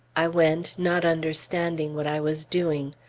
i went, not understanding what i was doing.